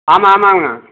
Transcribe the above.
ஆமாம் ஆமாம்ங்க